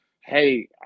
Hey